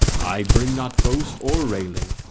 i bring not boast or railing,